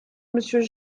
monsieur